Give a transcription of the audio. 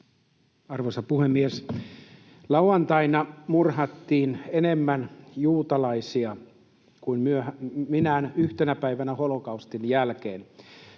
Arvoisa puhemies! Lauantaina murhattiin enemmän juutalaisia kuin minään yhtenä päivänä holokaustin jälkeen.